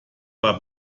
war